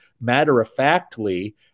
matter-of-factly